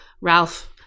Ralph